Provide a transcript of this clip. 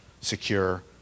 secure